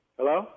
Hello